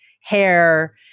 hair